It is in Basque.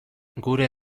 gure